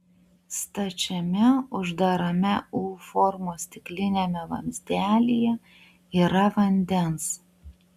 stačiame uždarame u formos stikliniame vamzdelyje yra vandens